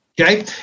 Okay